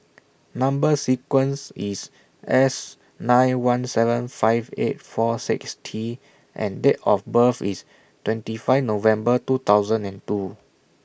Number sequence IS S nine one seven five eight four six T and Date of birth IS twenty five November two thousand and two